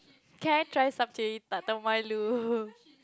can I try some